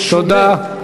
תודה.